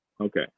Okay